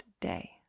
day